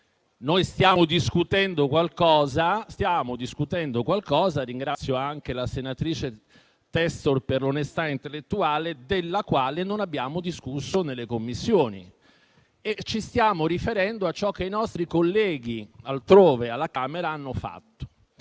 Stiamo discutendo qualcosa - ringrazio anche la senatrice Testor per onestà intellettuale - di cui non abbiamo discusso nelle Commissioni e ci stiamo riferendo a ciò che i nostri colleghi hanno fatto